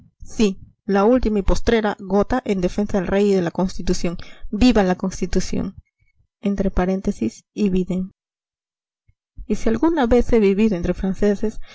sí la última y postrera gota en defensa del rey y de la constitución viva la constitución ibidem y si alguna vez he vivido entre franceses